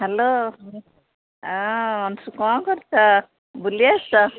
hello Mansu କ'ଣ କରୁଛ ବୁଲି ଆସୁଛ